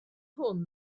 hwn